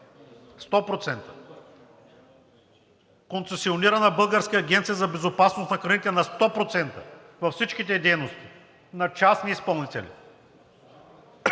100%! Концесионирана Българска агенция по безопасност на храните на 100% във всичките ѝ дейности на частни изпълнители.